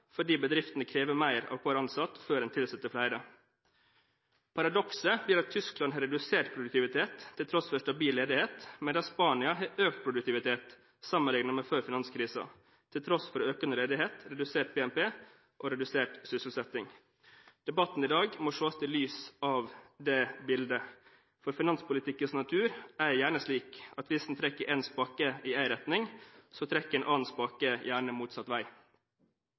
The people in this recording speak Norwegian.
fordi bedriftene krever mer av hver ansatt før en tilsetter flere. Paradokset gjør at Tyskland har redusert produktivitet til tross for stabil ledighet, mens Spania har økt produktivitet sammenliknet med før finanskrisen til tross for økende ledighet, redusert BNP og redusert sysselsetting. Debatten i dag må ses i lys av dette bildet. Finanspolitikkens natur er gjerne slik at hvis en trekker én spake i én retning, trekker en annen spake gjerne motsatt vei.